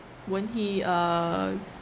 when he uh